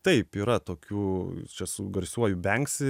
taip yra tokių čia su garsiuoju benksi